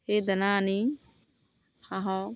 সেই দানা আনি হাঁহক